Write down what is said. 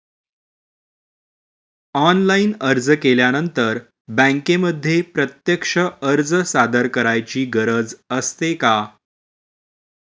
Online अर्ज केल्यानंतर बँकेमध्ये प्रत्यक्ष अर्ज सादर करायची गरज असते का?